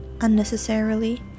unnecessarily